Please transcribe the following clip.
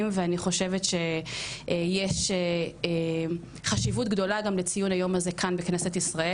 ואני חושבת שיש חשיבות גדולה גם לציון היום הזה כאן בכנסת ישראל